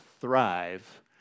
thrive